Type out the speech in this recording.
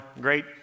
great